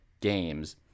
games